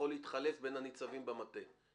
אוטומטית יש להם את הרישיון המקומי.